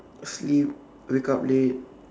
sleep wake up late